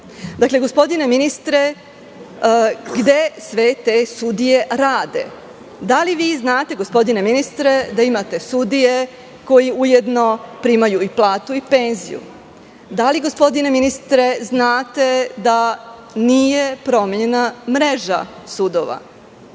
Dakle, gospodine ministre, gde sve te sudije rade? Da li vi znate gospodine ministre da imate sudije koji ujedno primaju i platu i penziju? Da li gospodine ministre znate da nije promenjena mreža sudova?